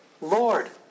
Lord